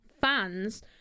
fans